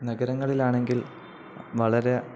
നഗരങ്ങളിലാണെങ്കിൽ വളരെ